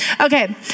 Okay